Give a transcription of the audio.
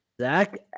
Zach